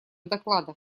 доклада